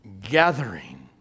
gathering